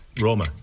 Roma